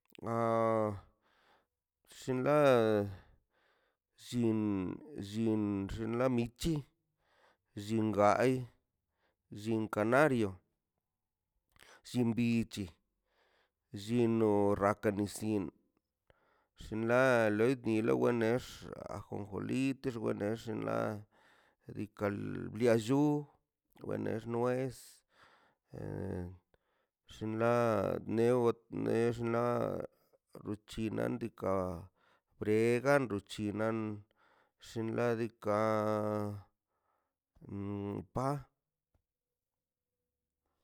A xinla shin shib xla michi llin gai llin kanario llin bichi llino rakanisin xinla wila wanex ajonjoli wanex xin la lika bia llu wenax nex xinla wena next ruchi nandika bregan ruchi nandika xinladika mm pa.